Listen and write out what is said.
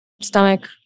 stomach